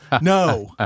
no